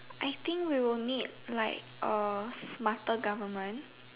I think we will need like a smarter government